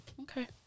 Okay